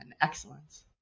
excellence